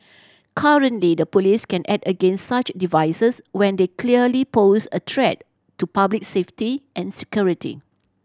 currently the police can act against such devices when they clearly pose a threat to public safety and security